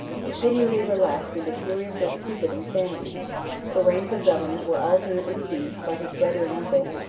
continually relapsed into furious or stupid insanity the reins of government were alternately seized by his brother and uncle,